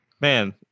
Man